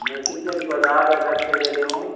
मागीर कितले तुका धा हजार सातशीं रुपया दिवं